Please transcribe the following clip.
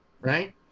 right